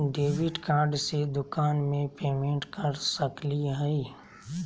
Debit card से दुकान में पेमेंट कर सकली हई?